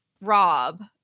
rob